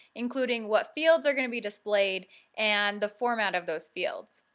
including what fields are going to be displayed and the format of those fields.